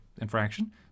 infraction